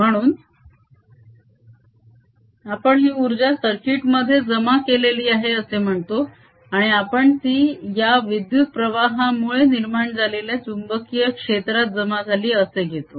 म्हणून आपण ही उर्जा सर्किट मध्ये जमा केलेली आहे असे म्हणतो आणि आपण ती या विद्युत प्रवाहामुळे निर्माण झालेल्या चुंबकीय क्षेत्रात जमा झाली असे घेतो